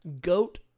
goat